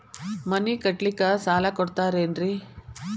ಮನಿ ಕಟ್ಲಿಕ್ಕ ಸಾಲ ಕೊಡ್ತಾರೇನ್ರಿ?